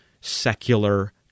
secular